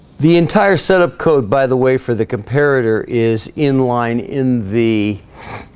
the entire setup code by the way for the comparator is in line in the